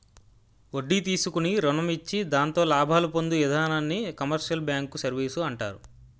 వడ్డీ తీసుకుని రుణం ఇచ్చి దాంతో లాభాలు పొందు ఇధానాన్ని కమర్షియల్ బ్యాంకు సర్వీసు అంటారు